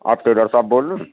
آپ ٹیلر صاحب بول رہے ہیں